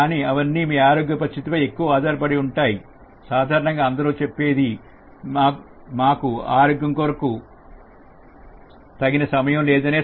కానీ అవన్నీ మీ ఆరోగ్య పరిస్థితి పై ఎక్కువగా ఆధారపడి ఉంటాయి సాధారణంగా అందరూ చెప్పేది మాకు ఆరోగ్యం కొరకు తగిన సమయం లేదు అని